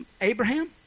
Abraham